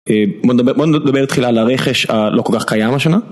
בואו נדבר תחילה על הרכש הלא כל כך קיים השנה.